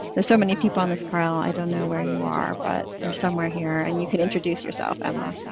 there's so many people on this call. i don't know where you are, but you're somewhere here and you can introduce yourself, emma. hi,